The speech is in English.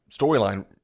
storyline